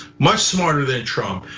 much smarter than trump.